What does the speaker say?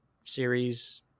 series